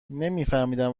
نمیفهمیدم